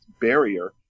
barrier